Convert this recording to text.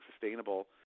sustainable